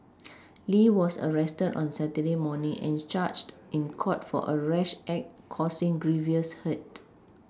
Lee was arrested on Saturday morning and charged in court for a rash act causing grievous hurt